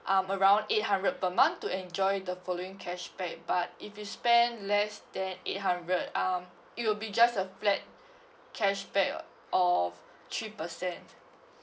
um around eight hundred per month to enjoy the following cashback but if you spend less than eight hundred um it will be just a flat cashback of three percent